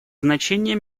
значение